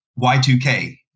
Y2K